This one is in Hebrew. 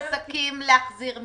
מהעסקים להחזיר מקדמות?